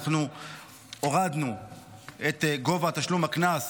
אנחנו הורדנו את גובה תשלום הקנס